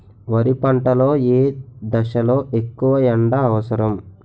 వరి పంట లో ఏ దశ లొ ఎక్కువ ఎండా అవసరం?